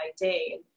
day